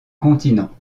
continent